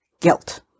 guilt